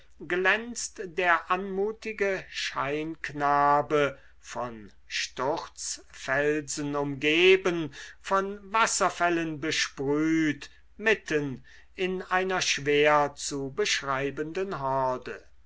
glänzt der anmutige scheinknabe von sturzfelsen umgeben von wasserfällen besprüht mitten in einer schwer zu beschreibenden horde